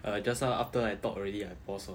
uh just now after I talked already I pause lor